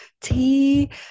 tea